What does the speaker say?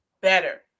better